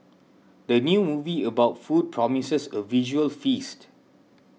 the new movie about food promises a visual feast